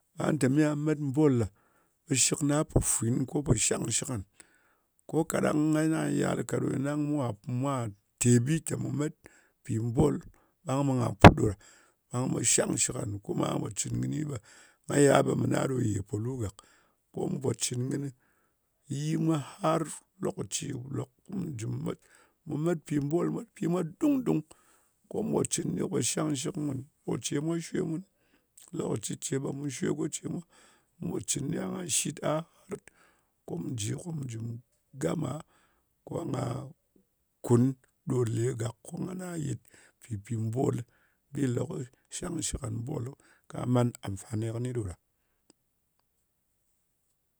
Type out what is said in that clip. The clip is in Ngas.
Nga tè me nga met mbol ɗa, ɓe shɨkna pò fwin ko pò shang shɨk ngan. Ko kaɗang nga na yal ka ɗo nyɨ, ɗang, ɗang mwa tē bi tè mù met mbol, ɓang ɓe ngà put ɗo ɗa. Ɓang ɓe shang shɨk ngan. Kuma nga pò cɨn kɨni ɓe kɨ yal ɓe mɨn a ɗo yè polu gàk. Ko mu po cɨn kɨnɨ yi mwa, har lokaci lok mu ju met. Mu met pì mbol mwa pi mwa dung-dung. Ko mu pò cɨn kɨni, ko pò shang shɨk mùn. Ko ce mwa shwè mun. Lokaci ce ɓe mu shwe go ce mwa. Mu pò cɨn a kà shit a, ko mu jɨ ko mu gama, gama. Kun ɗo le gàk ko ngana yɨt pɨpi mbolɨ. Bi lè ko shangshɨk ngan mbolɨ kà man amfani kɨni ɗo ɗa.